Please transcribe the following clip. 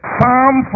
Psalm